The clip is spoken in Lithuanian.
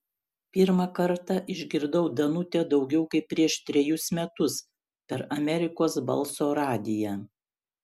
pirmą kartą išgirdau danutę daugiau kaip prieš trejus metus per amerikos balso radiją